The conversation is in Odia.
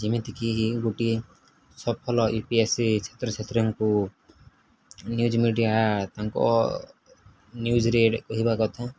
ଯେମିତିକି ଗୋଟିଏ ସଫଳ ୟୁ ପି ଏସ୍ ସି ଛାତ୍ର ଛାତ୍ରଙ୍କୁ ନ୍ୟୁଜ୍ ମିଡିଆ ତାଙ୍କ ନ୍ୟୁଜରେ କହିବା କଥା